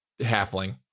halfling